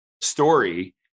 story